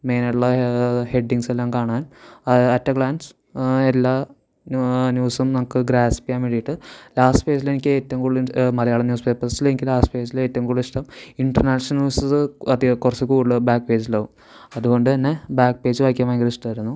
മെയിനായിട്ടുള്ള ഹെഡിങ്സ് എല്ലാം കാണാൻ അറ്റ് എ ഗ്ലാൻസ് എല്ലാ ന്യൂസും ഞങ്ങൾക്കു ഗ്രാസ്പ്പ് ചെയ്യാൻ വേണ്ടിയിട്ട് ലാസ്റ്റ് പേജിൽ എനിക്ക് ഏറ്റവും കൂടുതൽ മലയാളം ന്യൂസ് പേപ്പർസിൽ എനിക്ക് ലാസ്റ്റ് പേജിൽ ഏറ്റവും കൂടുതൽ ഇഷ്ടം ഇൻറ്റർനാഷണൽസ് കുറച്ചു കൂടുതൽ ബാക്ക് പേജസ്സിലാകും അതുകൊണ്ടു തന്നെ ബാക്ക് പേജ് വായിക്കാൻ ഭയങ്കര ഇഷ്ടമായിരുന്നു